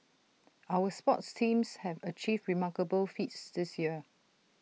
our sports teams have achieved remarkable feats this year